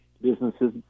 businesses